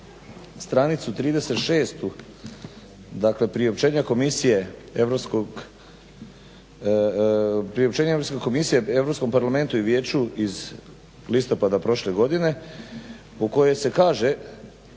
priopćenja Europske komisije Europskom parlamentu i Vijeću iz listopada prošle godine u kojoj se kaže